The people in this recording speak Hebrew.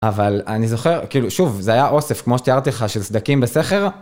אבל אני זוכר, כאילו, שוב, זה היה אוסף, כמו שתיארתי לך, של סדקים בסכר.